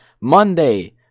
Monday